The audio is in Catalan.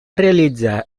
realitzar